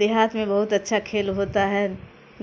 دیہات میں بہت اچھا کھیل ہوتا ہے